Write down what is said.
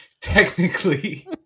technically